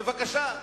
בבקשה,